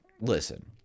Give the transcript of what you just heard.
listen